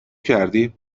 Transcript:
کردی